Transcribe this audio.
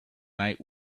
night